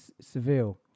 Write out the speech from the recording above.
Seville